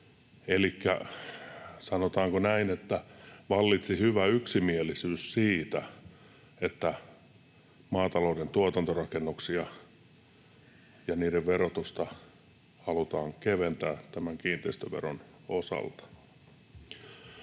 Elikkä sanotaanko näin, että vallitsi hyvä yksimielisyys siitä, että maatalouden tuotantorakennusten verotusta halutaan keventää tämän kiinteistöveron osalta.